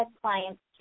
clients